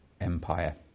Empire